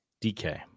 DK